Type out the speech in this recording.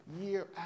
year